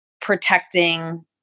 protecting